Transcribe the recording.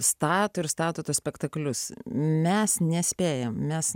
stato ir stato tuos spektaklius mes nespėjam mes